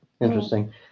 Interesting